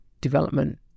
development